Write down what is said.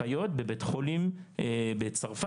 אחיות בבית חולים בצרפת,